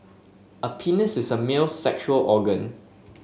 a penis is a male sexual organ